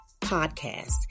podcast